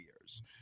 years